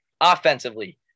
Offensively